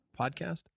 podcast